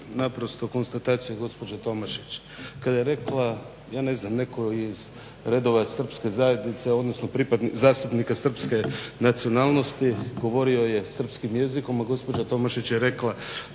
naprosto konstatacija gospođe Tomašić kada je rekla, ne znam netko je iz redova srpske zajednice odnosno zastupnika srpske nacionalnosti govorio je srpskim jezikom a gospođa Tomašić je rekla